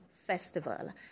Festival